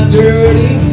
dirty